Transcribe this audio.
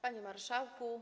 Panie Marszałku!